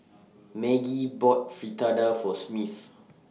Maggie bought Fritada For Smith